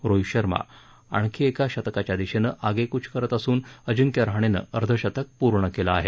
रोहित शर्मा आणखी एका शतकाच्या दिशेनं आगेकूच करत असून अजिंक्य रहाणेनं अर्धशतक पूर्ण केलं आहे